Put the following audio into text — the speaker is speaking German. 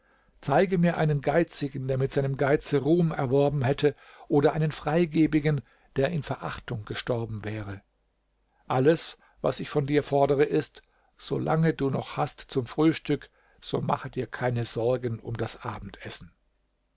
zeige mir einen geizigen der mit seinem geize ruhm erworben hätte oder einen freigebigen der in verachtung gestorben wäre alles was ich von dir fordere ist so lange du noch hast zum frühstück so mache dir keine sorgen um das abendessen